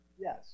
Yes